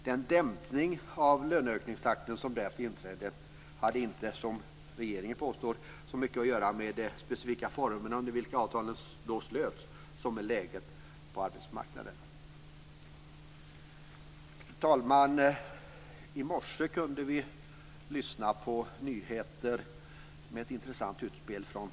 Den dämpning av löneökningstakten som därefter inträdde hade inte, som regeringen påstår, så mycket att göra med de specifika formerna under vilka avtalen då slöts som med läget på arbetsmarknaden. I morse kunde vi lyssna på nyheter om ett intressant utspel från LO.